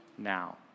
now